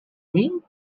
mean